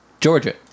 Georgia